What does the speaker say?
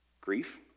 grief